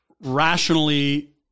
rationally